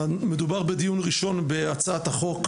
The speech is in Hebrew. מדובר בדיון ראשון בהצעת החוק.